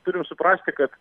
turim suprasti kad